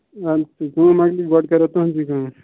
اَدٕ سا بیٚیہِ یہِ مانہِ تیٚلہِ کرو گۄڈٕ تُہٕنٛزٕے کٲم